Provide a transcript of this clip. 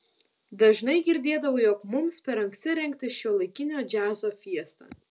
dažnai girdėdavau jog mums per anksti rengti šiuolaikinio džiazo fiestą